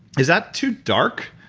is that too dark,